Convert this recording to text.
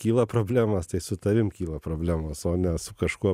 kyla problemos tai su tavim kyla problemos o ne su kažkuo